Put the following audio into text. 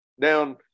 down